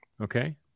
Okay